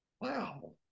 Wow